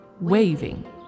waving